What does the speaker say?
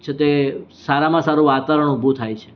છે તે સારામાં સારું વાતાવરણ ઊભું થાય છે